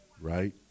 right